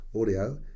audio